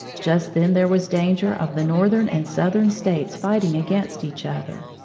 just then there was danger of the northern and southern states fighting against each other.